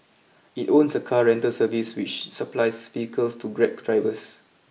it owns a car rental service which supplies vehicles to grab drivers